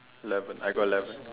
eleven I got eleven